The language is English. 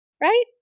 Right